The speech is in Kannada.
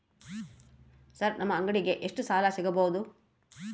ಸರ್ ನಮ್ಮ ಅಂಗಡಿಗೆ ಎಷ್ಟು ಸಾಲ ಸಿಗಬಹುದು?